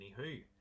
anywho